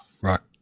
rock